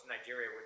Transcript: Nigeria